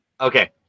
Okay